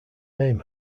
name